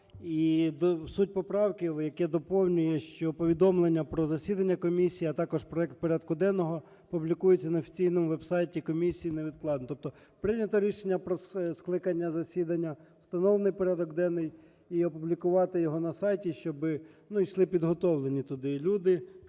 І суть поправки – доповнює, що: "Повідомлення про засідання Комісії, а також проект порядку денного публікуються на офіційному веб-сайті Комісії невідкладно". Тобто прийнято рішення про скликання засідання, встановлено порядок денний – і опублікувати його на сайті, щоб йшли підготовлені туди люди,